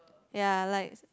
ya I likes